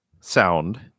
sound